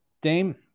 Dame